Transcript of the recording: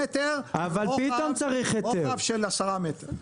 רוחב של עשרה מטרים.